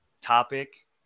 topic